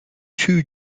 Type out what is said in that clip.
two